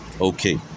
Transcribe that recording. Okay